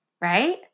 Right